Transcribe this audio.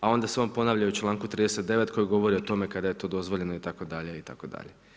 A onda se on ponavlja u članku 39. koji govori o tome kada je to dozvoljeno itd., itd.